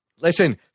Listen